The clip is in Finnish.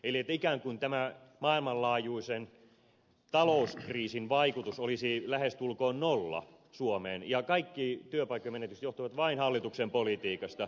eli että ikään kuin tämä maailmanlaajuisen talouskriisin vaikutus olisi lähestulkoon nolla suomeen ja kaikki työpaikkojen menetykset johtuvat vain hallituksen politiikasta